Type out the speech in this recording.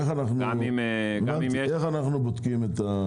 איך אנחנו בודקים?